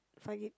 five gig